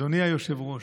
אדוני היושב-ראש,